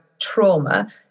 trauma